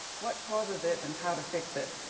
what causes it, and how to fix it.